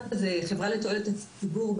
זה אתר לתועלת הציבור,